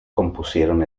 compusieron